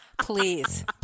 Please